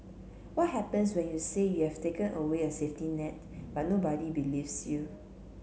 what happens when you say you have taken away a safety net but nobody believes you